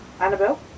Annabelle